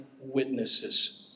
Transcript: witnesses